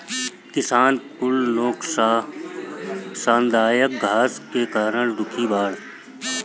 किसान कुल नोकसानदायक घास के कारण दुखी बाड़